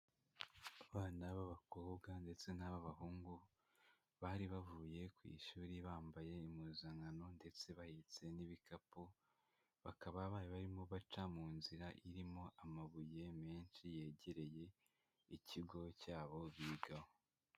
Abana b'abakobwa ndetse n'ab'abahungu, bari bavuye ku ishuri bambaye impuzankano ndetse bahetse n'ibikapu, bakaba bari barimo baca mu nzira irimo amabuye menshi yegereye ikigo cyabo bigaho.